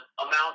amount